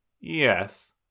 Yes